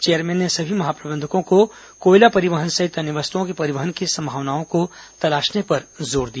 chairman ने सभी महाप्रबंधकों को कोयला परिवहन सहित अन्य वस्तुओं के परिवहन की संभावनाओं को तलाशने पर जोर दिया